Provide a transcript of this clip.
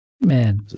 Man